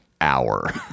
Hour